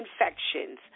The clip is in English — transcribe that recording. infections